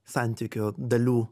santykio dalių